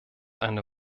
eine